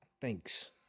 Thanks